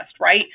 right